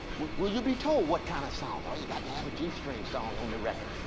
will you be told what kind of sound? oh, you got to have a g-string song on the record,